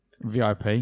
VIP